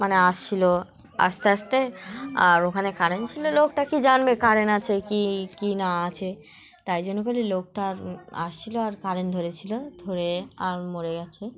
মানে আসছিলো আসতে আসতে আর ওখানে কারেন্ট ছিলো লোকটা কী জানবে কারেন্ট আছে কী কী না আছে তাই জন্য করে লোকটা আসছিলো আর কারেন্ট ধরেছিলো ধরে আর মরে গেছে